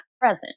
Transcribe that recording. present